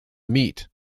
meet